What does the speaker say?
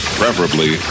preferably